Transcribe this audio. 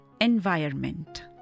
environment